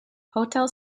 hotel